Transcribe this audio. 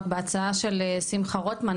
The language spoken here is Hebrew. בהצעה של שמחה רוטמן,